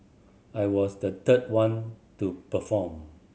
I was the third one to perform